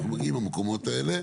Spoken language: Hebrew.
מגיעים מהמקומות האלה.